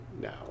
now